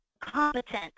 competent